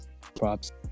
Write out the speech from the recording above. props